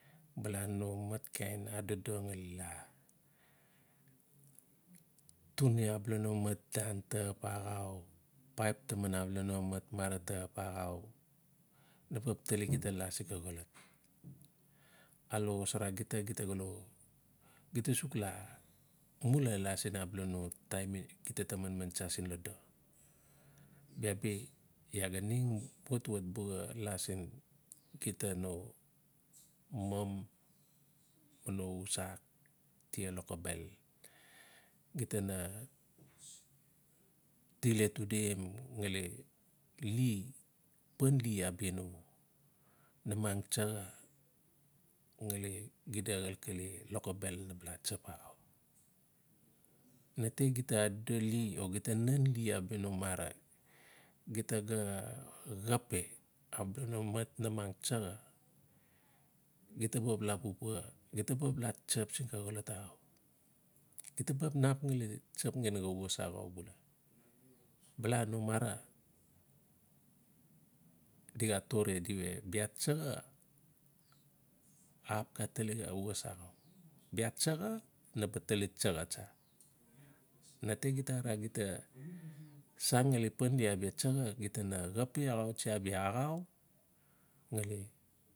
Bala no mat kain adodo ngali la tuni abala no mat dan taxap axau, paip taman abala no mat mara ta axau, na ba xap tali gita la siin xa xolot. Alo xosara gita, gita ga lo gita suk la mula la siin abala no taim gita ta manman tsa siin lodo. Bia bi iaa ga ning watwat buxa la siin gita no mom ma na tia lokobel, gita na til etudim ngali li panli abia no namang tsaxa ngali xida xalkale lokobel naba tsap axau. Na te gita adodoli p gita nanli abia no mara gita ga xap abala no namang tsaxa, gita ba xap la pupua. Gita ba xap la tsap sin xa xolot axau, gita ba xap nap ngali tsap ngali xa was axau bula. Bala no mara di xa tore di we bia tsaxa axap xa tali xa was axau. Bia tsaxa naba tali tsaxa tsa. Nate gita axl gita san ngali panli abia tsaxa, gita na xapi axautsi abia axau ngali.